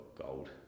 gold